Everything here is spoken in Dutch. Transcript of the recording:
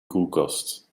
koelkast